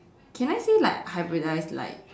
can I say like hybridize like